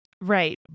Right